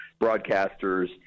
broadcasters